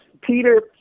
Peter